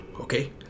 okay